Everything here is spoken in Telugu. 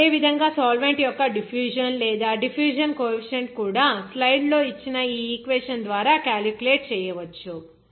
5T32 AB2 AB1 AB2 అదేవిధంగా సాల్వెంట్ యొక్క డిఫ్యూషన్ లేదా డిఫ్యూషన్ కోఎఫిషిఎంట్ కూడా స్లైడ్లలో ఇచ్చిన ఈ ఈక్వేషన్ ద్వారా క్యాలిక్యులేట్ చేయవచ్చు